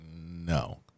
no